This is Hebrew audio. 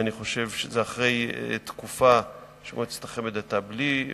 זה אחרי תקופה שמועצת החמ"ד היתה בלי יושב-ראש.